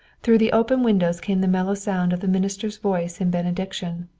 through the open windows came the mellow sound of the minister's voice in benediction,